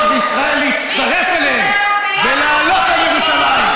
וישראל להצטרף אליהם ולעלות על ירושלים,